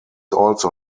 also